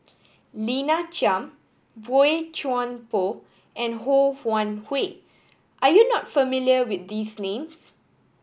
Lina Chiam Boey Chuan Poh and Ho Wan Hui are you not familiar with these names